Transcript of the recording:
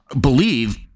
believe